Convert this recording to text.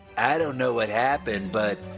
i don't know what happened, but,